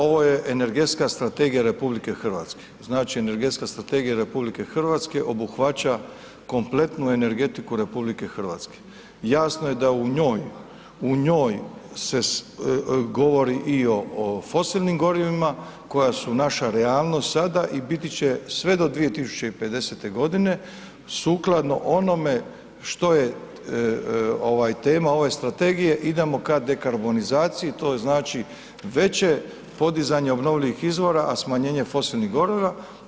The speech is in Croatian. Ovo je Energetska strategija RH, znači Energetska strategija RH obuhvaća kompletnu energetiku RH, jasno je da u njoj, u njoj se govori i o fosilnim gorivima koja su naša realnost sada i biti će sve do 2050. godine sukladno onome što je tema ove strategije, idemo k dekarbonizaciji, to znači veće podizanje obnovljivih izvora, a smanjenje fosilnih goriva.